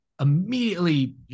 immediately